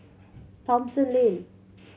Thomson Lane